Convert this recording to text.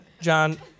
John